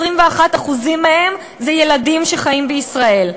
21% מהם זה ילדים שחיים בישראל.